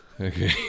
Okay